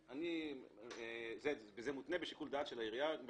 זה מותנה בשיקול דעת של העירייה.